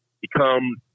become